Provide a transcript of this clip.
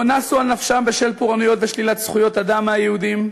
או נסו על נפשם בשל פורענויות ושלילת זכויות אדם מהיהודים,